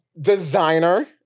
designer